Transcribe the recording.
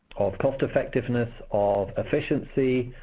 of cost-effectiveness, of efficiency,